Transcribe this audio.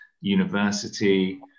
university